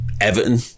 Everton